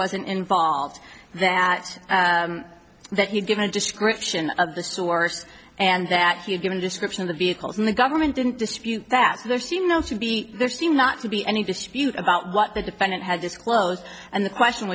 wasn't involved that that he'd given a description of the source and that he had given a description of the vehicles and the government didn't dispute that so there seemed to be there seem not to be any dispute about what the defendant has disclosed and the question